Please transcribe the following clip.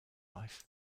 life